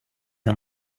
are